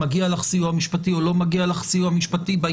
מגיע לך סיוע משפפטי או לא מגיע לך סיוע משפטי